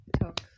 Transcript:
Talk